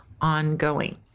ongoing